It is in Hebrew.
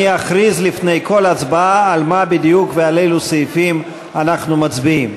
אני אכריז לפני כל הצבעה על מה בדיוק ועל אילו סעיפים אנחנו מצביעים.